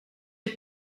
est